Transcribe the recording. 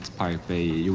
pirate bay